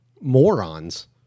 morons